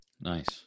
Nice